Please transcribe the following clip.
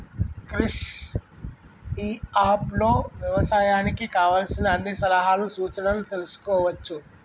క్రిష్ ఇ app లో వ్యవసాయానికి కావలసిన అన్ని సలహాలు సూచనలు తెల్సుకోవచ్చు